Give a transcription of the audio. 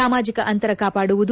ಸಾಮಾಜಿಕ ಅಂತರ ಕಾಪಾಡುವುದು